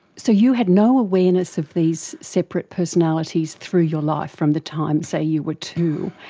so you had no awareness of these separate personalities through your life, from the time, say, you were two,